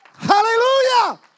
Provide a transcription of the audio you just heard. Hallelujah